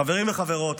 חברים וחברות,